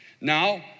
Now